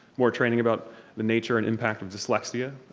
more training about the nature and impact of dyslexia,